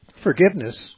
Forgiveness